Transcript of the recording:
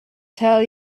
tell